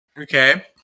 okay